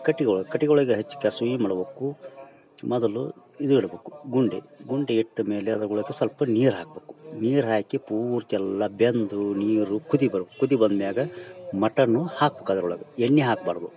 ಕಟ್ಟಿಗಿ ಒಳಗೆ ಕಟ್ಟಿಗಿ ಒಳಗೆ ಹೆಚ್ಕಸ್ವಿ ಏನ್ಮಾಡ್ಬಕು ಮೊದಲು ಇದು ಇಡ್ಬಕು ಗುಂಡಿ ಗುಂಡಿ ಇಟ್ಟಮೇಲೆ ಅದರೊಳಕೆ ಸ್ವಲ್ಪ ನೀರು ಹಾಕ್ಬಕು ನೀರು ಹಾಕಿ ಪೂರ್ತಿಯೆಲ್ಲ ಬೆಂದೂ ನೀರೂ ಕುದಿ ಬರ್ಬಕು ಕುದಿ ಬಂದ್ಮ್ಯಾಗ ಮಟನ್ನು ಹಾಕ್ಬಕು ಅದ್ರೊಳಗೆ ಎಣ್ಣೆ ಹಾಕ್ಬಾರದು